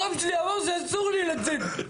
הרב שלי אמר שאסור לי לצאת.